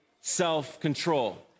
self-control